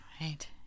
Right